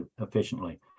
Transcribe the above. efficiently